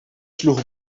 sloeg